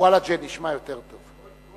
"וולג'ה" נשמע יותר טוב.